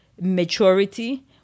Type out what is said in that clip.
maturity